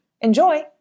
Enjoy